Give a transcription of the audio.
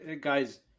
guys